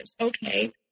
Okay